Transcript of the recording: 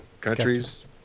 Countries